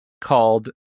called